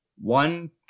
One